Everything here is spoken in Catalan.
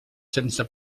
sense